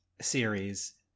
series